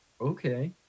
okay